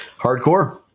hardcore